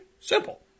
Simple